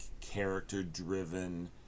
character-driven